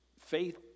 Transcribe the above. Faith